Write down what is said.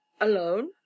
Alone